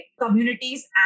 communities